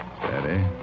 Steady